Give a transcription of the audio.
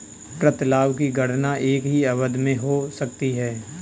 प्रतिलाभ की गणना एक ही अवधि में हो सकती है